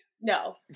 no